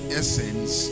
essence